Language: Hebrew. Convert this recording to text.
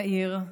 יאיר.